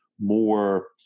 more